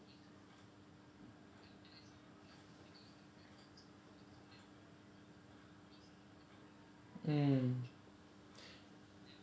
mm